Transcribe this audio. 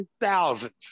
Thousands